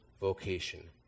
vocation